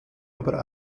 aber